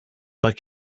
but